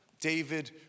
David